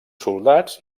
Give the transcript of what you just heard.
soldats